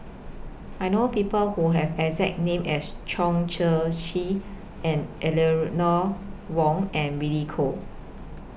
I know People Who Have The exact name as Chong Tze Chien Eleanor Wong and Billy Koh